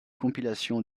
compilation